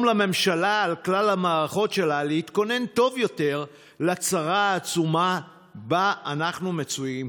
לממשלה על כלל המערכות שלה להתכונן טוב יותר לצרה העצומה שבה אנחנו מצויים.